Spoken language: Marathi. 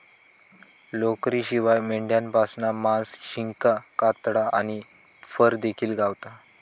लोकरीशिवाय मेंढ्यांपासना मांस, शिंगा, कातडा आणि फर देखिल गावता